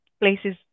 places